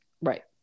Right